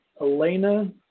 Elena